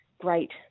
great